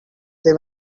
they